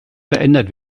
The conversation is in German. verändert